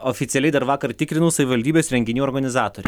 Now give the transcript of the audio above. oficialiai dar vakar tikrinau savivaldybės renginių organizatorė